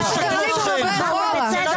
------ תלה